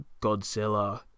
Godzilla